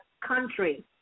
country